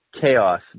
chaos